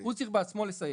הוא צריך בעצמו לסיים.